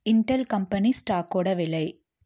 Intel company ஸ்டாக்கோட விலை